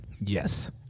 Yes